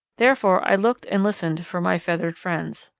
therefore i looked and listened for my feathered friends.